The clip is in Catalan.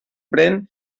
pren